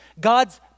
God's